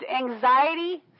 anxiety